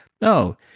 No